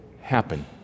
happen